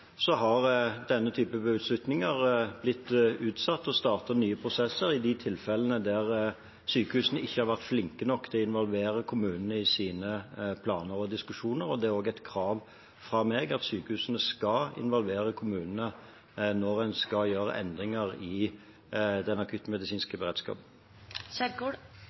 har denne typen beslutninger blitt utsatt, og en har startet nye prosesser i de tilfellene der sykehusene ikke har vært flinke nok til å involvere kommunene i sine planer og diskusjoner. Det er også et krav fra meg at sykehusene skal involvere kommunene når en skal gjøre endringer i den akuttmedisinske beredskapen.